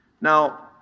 Now